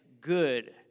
good